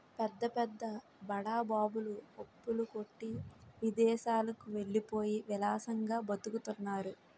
పెద్ద పెద్ద బడా బాబులు అప్పుల కొట్టి విదేశాలకు వెళ్ళిపోయి విలాసంగా బతుకుతున్నారు